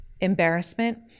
embarrassment